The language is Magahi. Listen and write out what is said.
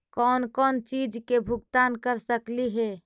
कौन कौन चिज के भुगतान कर सकली हे?